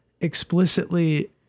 explicitly